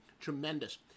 tremendous